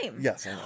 Yes